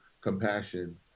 compassion